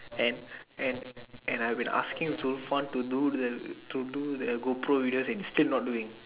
and and and I've been asking Zulfan to do the to do the gopro videos and he's still not doing